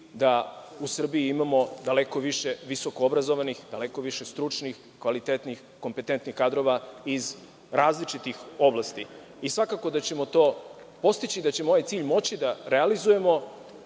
da u Srbiji imamo daleko više visokoobrazovanih, daleko više stručnih, kvalitetnih, kompetentnih kadrova iz različitih oblasti. Svakako da ćemo to postići i da ćemo ovaj cilj moći da realizujemo